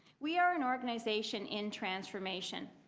we're an organization in transformation.